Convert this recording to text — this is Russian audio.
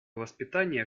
воспитание